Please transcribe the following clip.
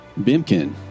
Bimkin